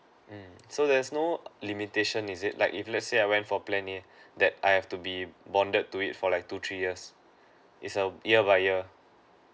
mm so there's no limitation is it like if let's say I went for plan A that I have to be bonded to it for like two three years it's a year by year